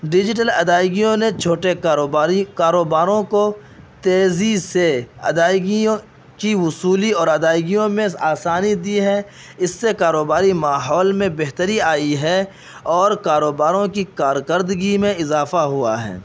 digital ادائیگیوں نے چھوٹے کاروباری کاروباروں کو تیزی سے ادائیگیوں کی وصولی اور ادائیگیوں میں آسانی دی ہے اس سے کاروباری ماحول میں بہتری آئی ہے اور کاروباروں کی کارکردگی میں اضافہ ہوا ہے